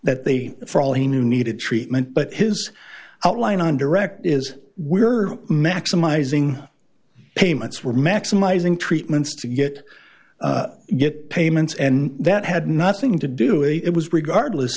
that they for all he knew needed treatment but his outline on direct is we're maximizing payments were maximizing treatments to get get payments and that had nothing to do it was regardless